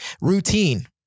routine